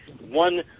One